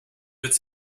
its